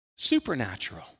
supernatural